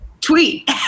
tweet